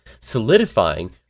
solidifying